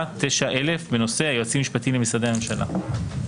9.1000 בנושא: "היועצים המשפטיים למשרדי הממשלה".